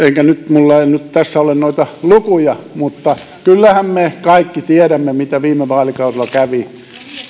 minulla ei nyt tässä ole noita lukuja mutta kyllähän me kaikki tiedämme mitä viime vaalikaudella kävi lukekaa